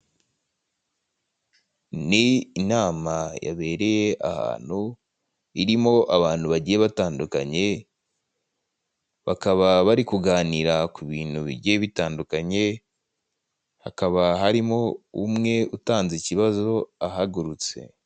Ni inama yabereye ahantu irimo abantu bagiye batandukanye, bakaba bari kuganira ku bintu bigiye bitandukanye, hakaba harimo umwe utanze ikibazo ahagurutse.